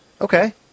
Okay